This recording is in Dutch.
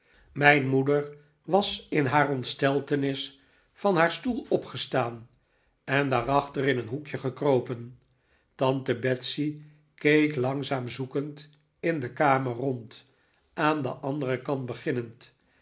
mijn moeder was in haar ontsteltenis van haar stoel opgestaan en daarachter in een hoekje gekropen tante betsey keek langzaam zoekend in de kamer rond aan den anderen kant beginnend